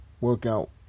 Workout